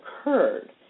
occurred